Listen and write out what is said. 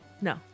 No